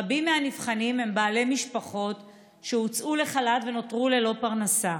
רבים מהנבחנים הם בעלי משפחות שהוצאו לחל"ת ונותרו ללא פרנסה.